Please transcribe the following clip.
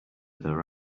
their